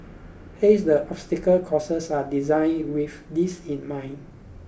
hence the obstacle courses are designed with this in mind